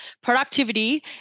productivity